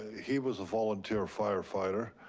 he was a volunteer firefighter.